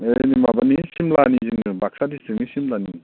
ओइ माबानि सिमलानि जोङो बाक्सा डिसट्रिकनि सिमलानि